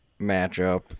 matchup